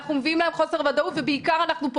אנחנו גורמים להם חוסר ודאות ובעיקר